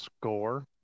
score